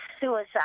suicide